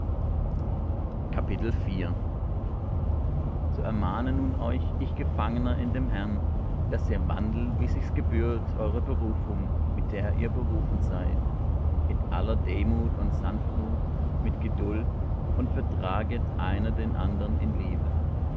so ermahne nun euch ich gefangener in dem herrn daß ihr wandelt wie sich's gebührt eurer berufung mit der ihr berufen seid mit aller demut und sanftmut mit geduld und vertraget einer den andern in der liebe